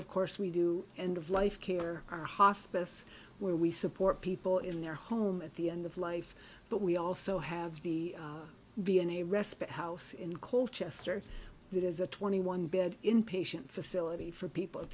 of course we do and of life care or hospice where we support people in their home at the end of life but we also have the b n a respite house in call chester that is a twenty one bed inpatient facility for people at